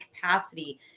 capacity